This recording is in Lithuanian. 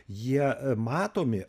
jie matomi